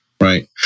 Right